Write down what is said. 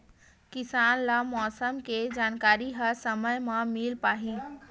किसान ल मौसम के जानकारी ह समय म मिल पाही?